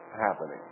happening